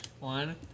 One